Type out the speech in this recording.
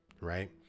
right